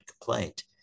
complaint